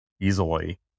easily